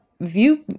view